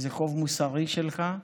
איזה חוב מוסרי שלך,